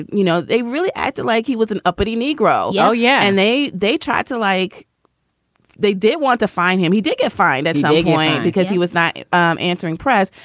you know, they really acted like he was an uppity negro. oh, yeah. and they they tried to like they did want to find him. he did get fined at some point because he was not um answering prayers.